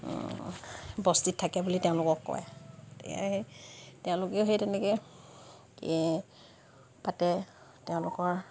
বস্তিত থাকে বুলি তেওঁলোকক কয় তেওঁলোকেও সেই তেনেকে পাতে তেওঁলোকৰ